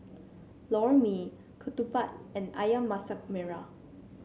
Lor Mee ketupat and ayam Masak Merah